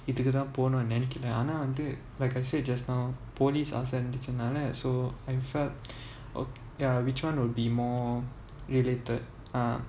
இதுக்கு தான் போனும்னு நினைக்கல ஆனா வந்து:ithuku thaan ponumnu ninaikala aanaa vanthu like I said just now police ஆசை இருந்துச்சுனால:aasai irunthuchunaala so I felt oh ya which one will be more related ah